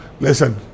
Listen